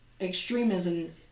extremism